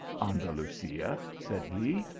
andalusia, said he.